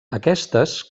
aquestes